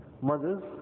mothers